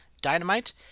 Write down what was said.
Dynamite